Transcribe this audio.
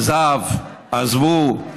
"עזב", "עזבו".